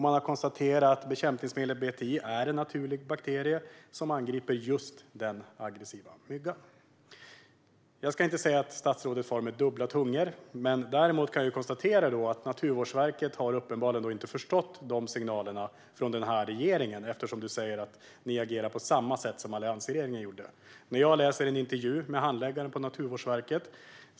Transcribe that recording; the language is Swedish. Man har konstaterat att bekämpningsmedlet BTI är en naturlig bakterie som angriper just den aggressiva myggan. Jag ska inte säga att statsrådet talar med dubbla tungor, men däremot kan jag konstatera att Naturvårdsverket uppenbarligen inte har förstått signalerna från regeringen. Du säger nämligen att ni agerar på samma sätt som alliansregeringen gjorde, statsrådet. Jag läste en intervju med en handläggare på Naturvårdsverket.